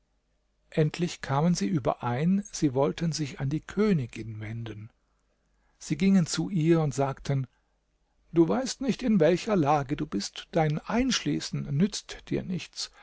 endlich kamen sie überein sie wollten sich an die königin wenden sie gingen zu ihr und sagten du weißt nicht in welcher lage du bist dein einschließen nützt dir nichts